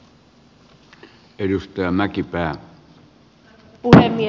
arvoisa puhemies